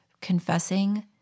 confessing